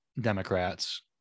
democrats